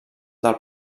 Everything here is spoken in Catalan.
del